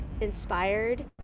inspired